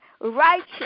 righteous